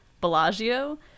Bellagio